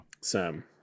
Sam